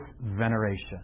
veneration